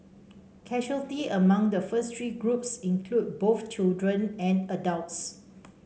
casualty among the first three groups included both children and adults